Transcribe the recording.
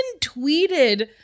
tweeted